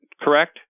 correct